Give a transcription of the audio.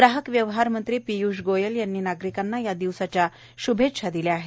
ग्राहक व्यवहार मंत्री पीयूष गोयल यांनी नागरिकांना या दिवसाच्या शृभेच्छा दिल्या आहेत